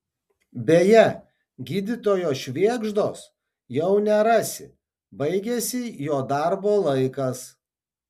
beje gydytojo švėgždos jau nerasi baigėsi jo darbo laikas